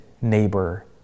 neighbor